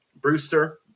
Brewster